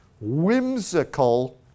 whimsical